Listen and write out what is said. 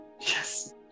yes